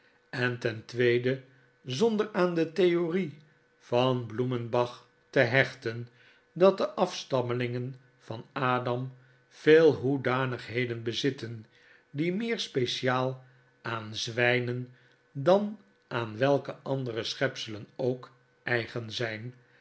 en ten tweede zonder aan de theorie van blumenbach te hechten dat de afstammelingen van adam veel hoedanigheden bezitten die meer speciaal aan zwijnen dan aan welke andere schepselen ook eigen zijn